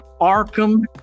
Arkham